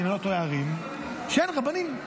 אם אני לא טועה, ערים שאין בהם רבנים.